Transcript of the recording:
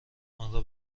آنرا